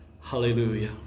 Hallelujah